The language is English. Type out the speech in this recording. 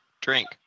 Drink